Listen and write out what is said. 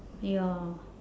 ya